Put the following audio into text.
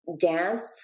dance